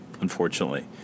unfortunately